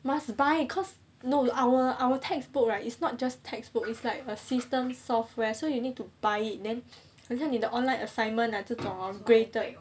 must buy cause our our textbook right it's not just textbook is like a system software so you need to buy it then 很像你的 online assignment 这种 hor graded